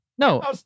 No